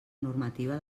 normativa